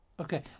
Okay